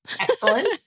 Excellent